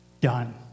done